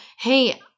hey